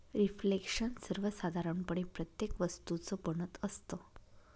reflection सर्वसाधारणपणे प्रत्येक वस्तूचं बनत असतं